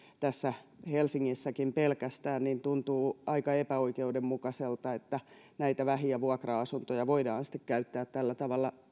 pelkästään helsingissäkin niin tuntuu aika epäoikeudenmukaiselta että näitä vähiä vuokra asuntoja voidaan käyttää tällä tavalla